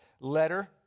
letter